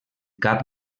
cap